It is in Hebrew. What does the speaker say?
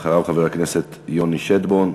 אחריו, חבר הכנסת יוני שטבון,